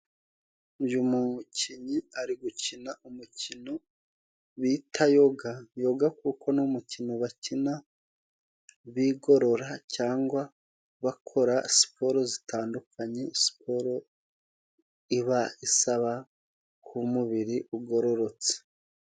Uyu mukinnyi ari gukina umukino bita yoga. Yoga kuko n'umukino bakina bigorora cyangwa bakora siporo zitandukanye, siporo iba isaba umubiri ugororotse.